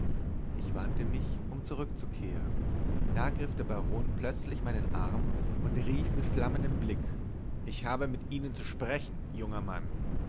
ich wandte mich um zurückzukehren da ergriff der baron plötzlich meinen arm und rief mit flammendem blick ich habe mit ihnen zu sprechen junger mann